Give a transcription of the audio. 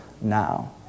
now